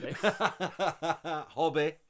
Hobby